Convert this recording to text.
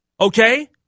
okay